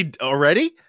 Already